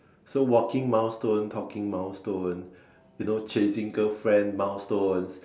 so walking milestone talking milestone you know chasing girlfriend milestones